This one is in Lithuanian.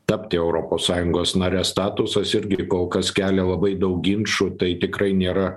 tapti europos sąjungos nare statusas irgi kol kas kelia labai daug ginčų tai tikrai nėra